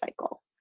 cycle